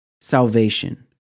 salvation